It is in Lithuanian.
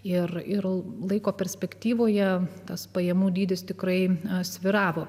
ir ir laiko perspektyvoje tas pajamų dydis tikrai svyravo